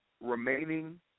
remaining